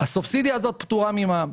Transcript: הסובסידיה הזאת פטורה ממע"מ.